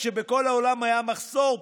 כשבכל העולם היה מחסור,